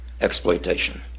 exploitation